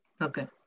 Okay